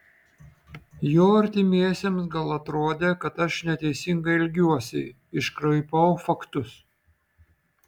jo artimiesiems gal atrodė kad aš neteisingai elgiuosi iškraipau faktus